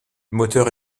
moteur